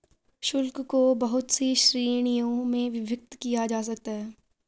शुल्क को बहुत सी श्रीणियों में विभक्त किया जा सकता है